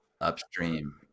upstream